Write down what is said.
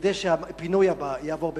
כדי שהפינוי הבא יעבור בשלום.